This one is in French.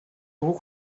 gros